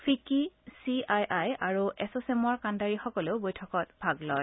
ফিক্কি C I I আৰু এছোচেমৰ কাণ্ডাৰীসকলেও বৈঠকত ভাগ লয়